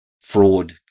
fraud